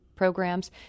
programs